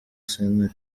santere